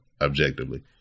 objectively